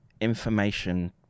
information